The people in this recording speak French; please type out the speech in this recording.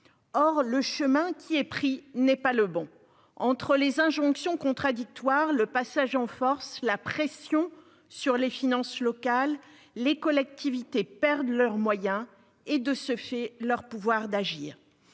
or le chemin qui est pris n'est pas le bon entre les injonctions contradictoires, le passage en force, la pression sur les finances locales, les collectivités perdent leurs moyens et de ce fait, leur pouvoir d'agir,